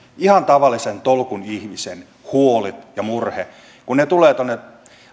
ihan tavallisen tolkun ihmisen huolet ja murhe kun he tulevat